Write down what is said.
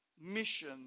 mission